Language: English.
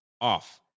off